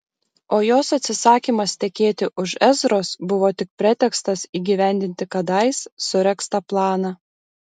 o jos atsisakymas tekėti už ezros buvo tik pretekstas įgyvendinti kadais suregztą planą